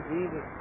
Jesus